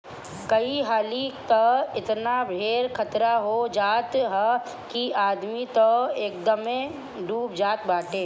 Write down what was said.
कई हाली तअ एतना ढेर खतरा हो जात हअ कि आदमी तअ एकदमे डूब जात बाटे